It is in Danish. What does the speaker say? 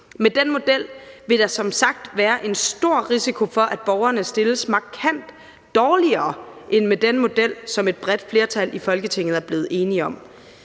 Med den model vil der som sagt være en stor risiko for, at borgerne stilles markant dårligere end med den model, som et bredt flertal i Folketinget er blevet enige om.